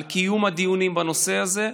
על קיום הדיונים בנושא הזה,